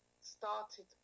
started